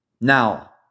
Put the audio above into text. Now